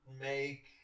make